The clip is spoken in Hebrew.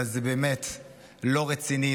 אבל זה באמת לא רציני,